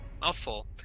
mouthful